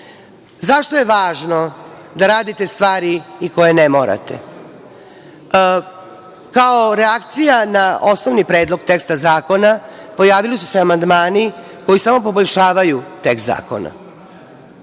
žena.Zašto je važno da radite stvari i koje ne morate? Kao reakcija na osnovni predlog teksta zakona pojavili su se amandmani koji samo poboljšavaju tekst zakona